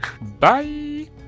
bye